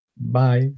Bye